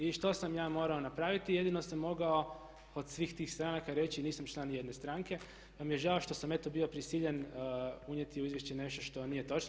I što sam ja morao napraviti, jedino sam mogao od svih tih stranaka reći nisam član ni jedne stranke, pa mi je žao što sam eto bio prisiljen unijeti u izvješće nešto što nije točno.